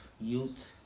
youth